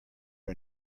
are